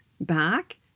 Back